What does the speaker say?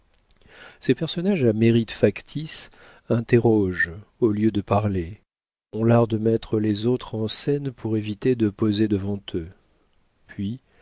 ces personnages à mérite factice interrogent au lieu de parler ont l'art de mettre les autres en scène pour éviter de poser devant eux puis